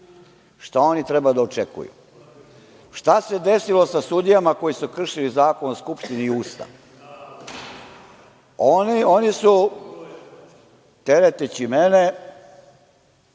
Šta oni treba da očekuju? Šta se desilo sa sudijama koji su kršili Zakon o skupštini i Ustav? Oni su, tereteći mene